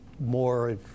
more